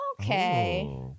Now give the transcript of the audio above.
okay